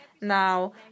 now